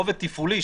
רובד תפעולי,